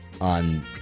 On